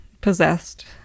possessed